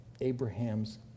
Abraham's